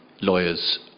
lawyers